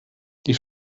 die